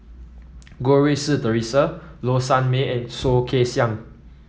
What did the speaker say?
Goh Rui Si Theresa Low Sanmay and Soh Kay Siang